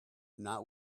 not